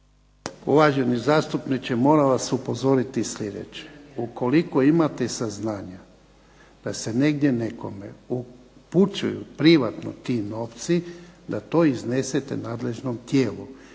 Uvaženi zastupniče moram vas upozoriti sljedeće. Ukoliko imate saznanja da se negdje nekome upućuju privatno ti novci da to iznesete nadležnom tijelu.